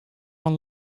one